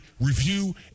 review